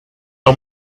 how